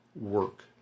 work